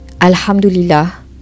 alhamdulillah